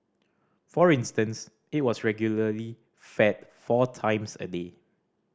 for instance it was regularly fed four times a day